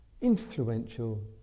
influential